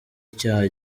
icyaha